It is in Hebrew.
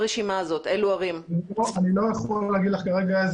אני לא יכול לומר לך כרגע.